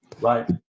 right